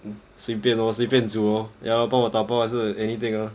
随便 lor 随便煮 orh ya lor 帮我打包还是 anything lor